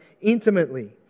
Intimately